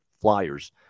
flyers